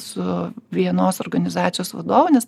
su vienos organizacijos vadovu nes